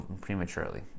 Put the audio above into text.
prematurely